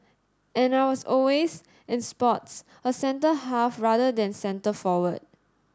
and I was always in sports a centre half rather than centre forward